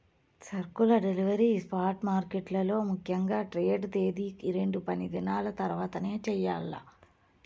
సరుకుల delivery spot మార్కెట్లలో ముఖ్యంగా ట్రేడ్ తేదీకి రెండు పనిదినాల తర్వాతనే చెయ్యాల్ల